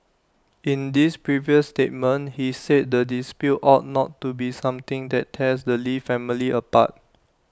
in this previous statement he said the dispute ought not to be something that tears the lee family apart